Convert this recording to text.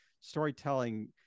storytelling